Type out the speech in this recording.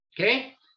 Okay